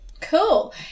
Cool